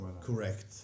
correct